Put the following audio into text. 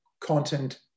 content